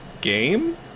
Game